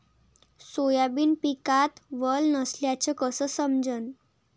Soybean पिकात वल नसल्याचं कस समजन?